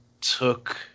took